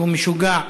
שהוא משוגע.